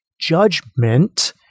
judgment